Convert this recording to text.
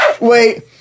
Wait